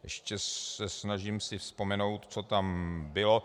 Ještě se snažím si vzpomenout, co tam bylo.